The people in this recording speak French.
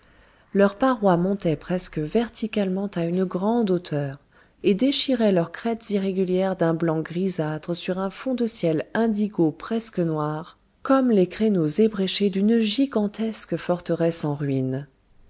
leurs parois montaient presque verticalement à une grande hauteur et déchiraient leurs crêtes irrégulières d'un blanc grisâtre sur un fond de ciel indigo presque noir comme les créneaux ébréchés d'une gigantesque forteresse en ruine